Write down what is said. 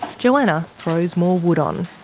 johanna throws more wood on.